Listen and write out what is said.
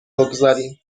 بگذاریم